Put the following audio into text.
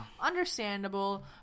Understandable